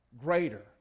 greater